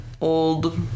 old